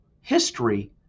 history